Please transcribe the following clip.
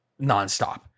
nonstop